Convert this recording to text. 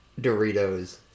Doritos